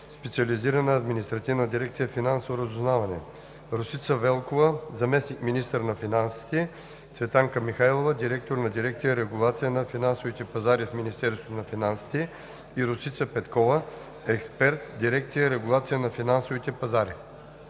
Специализирана административна дирекция „Финансово разузнаване“, Росица Велкова – заместник-министър на финансите, Цветанка Михайлова – директор на дирекция „Регулация на финансовите пазари“ в Министерството на финансите, и Росица Петкова – експерт в дирекция „Регулация на финансовите пазари“.